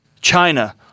China